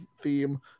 theme